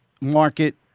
market